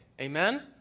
Amen